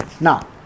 Now